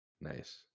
Nice